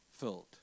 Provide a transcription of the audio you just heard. filled